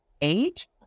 age